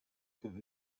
kuva